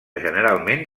generalment